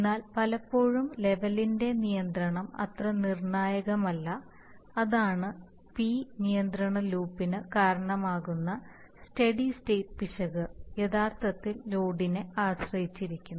എന്നാൽ പലപ്പോഴും ലെവലിന്റെ നിയന്ത്രണം അത്ര നിർണായകമല്ല അതാണ് പി നിയന്ത്രണ ലൂപ്പിന് കാരണമാകുന്ന സ്റ്റെഡി സ്റ്റേറ്റ് പിശക് യഥാർത്ഥത്തിൽ ലോഡിനെ ആശ്രയിച്ചിരിക്കുന്നു